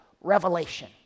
revelation